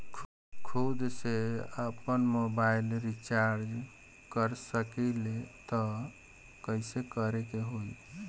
खुद से आपनमोबाइल रीचार्ज कर सकिले त कइसे करे के होई?